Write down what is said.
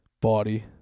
body